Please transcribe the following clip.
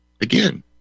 Again